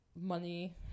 money